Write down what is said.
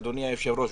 אדוני היושב-ראש,